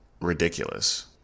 ridiculous